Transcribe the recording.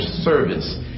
service